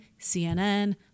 CNN